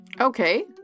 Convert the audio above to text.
Okay